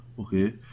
okay